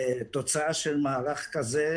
תוצאה של מהלך כזה,